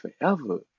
forever